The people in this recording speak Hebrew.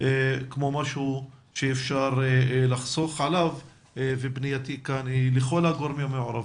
כמו משהו שאפשר לחסוך עליו ופנייתי כאן היא לכל הגורמים המעורבים,